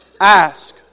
Ask